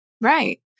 Right